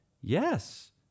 Yes